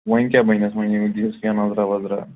وۅنۍ کیٛاہ بَنہِ اَتھ وۅنۍ ہے دِیہوٗس کیٚنٛہہ نظرا وَظرا